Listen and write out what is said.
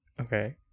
Okay